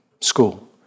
school